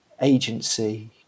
agency